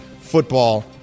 football